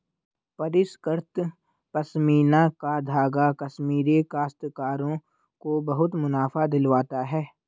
परिष्कृत पशमीना का धागा कश्मीरी काश्तकारों को बहुत मुनाफा दिलवाता है